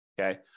Okay